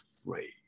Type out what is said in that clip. afraid